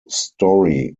story